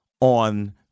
on